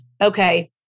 Okay